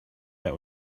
that